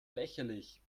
lächerlich